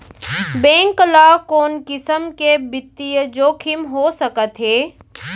Bank ल कोन किसम के बित्तीय जोखिम हो सकत हे?